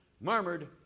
murmured